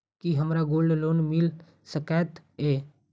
की हमरा gold loan मिल सकैत ये?